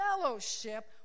fellowship